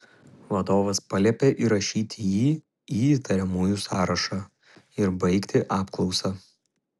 vadovas paliepė įrašyti jį į įtariamųjų sąrašą ir baigti apklausą